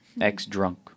Ex-drunk